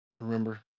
Remember